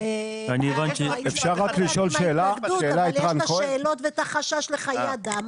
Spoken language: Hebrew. --- ההתנגדות אבל יש גם את השאלות ואת החשש לחיי אדם,